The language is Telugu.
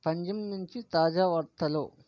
పంజిమ్ నుంచి తాజావార్తలు